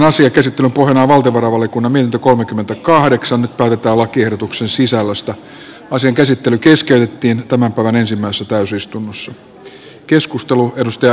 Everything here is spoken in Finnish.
asia käsitellä kun häneltä oli kunnon ilta kolmekymmentäkahdeksan päivittää lakiehdotuksen sisällöstä pantiin pöydälle tähän täysistuntoon tämän päivän ensimmäisessä täysistunnossa